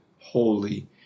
holy